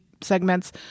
segments